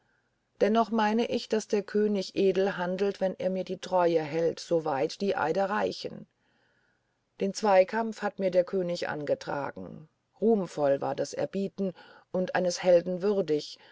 dennoch meine ich daß der könig edel handelt wenn er mir die treue hält soweit die eide reichen den zweikampf hat mir der könig angetragen ruhmvoll war das erbieten und eines helden würdig